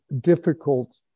difficult